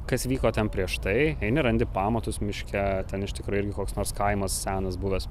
kas vyko ten prieš tai eini randi pamatus miške ten iš tikro irgi koks nors kaimas senas buvęs